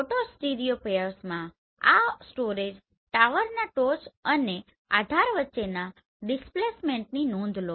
photo સ્ટીરિયોપેર્સમાં આ storage ટાવર્સના ટોચ અને આધાર વચ્ચેના ડિસ્પ્લેસમેન્ટની નોંધ લો